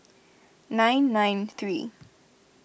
nine nine three